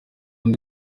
undi